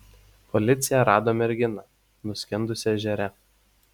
policija rado merginą nuskendusią ežere